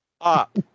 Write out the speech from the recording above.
up